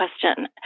question